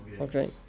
Okay